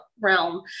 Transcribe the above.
realm